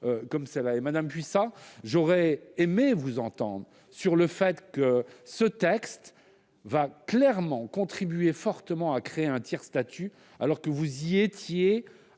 inadmissible ! Madame Puissat, j'aurais aimé vous entendre sur le fait que ce texte va clairement contribuer à créer un tiers-statut, alors que vous y étiez-